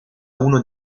uno